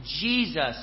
Jesus